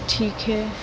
ठीक है